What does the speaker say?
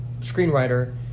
screenwriter